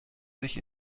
sich